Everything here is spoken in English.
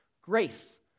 Grace